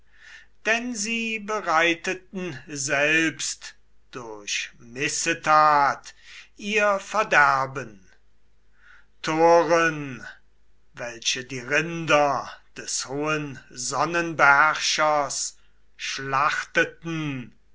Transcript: denn sie bereiteten selbst durch missetat ihr verderben toren welche die rinder des hohen sonnenbeherrschers schlachteten